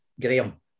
Graham